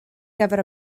gyfer